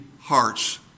hearts